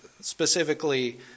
specifically